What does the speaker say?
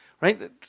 right